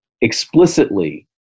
explicitly